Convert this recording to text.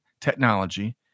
technology